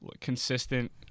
consistent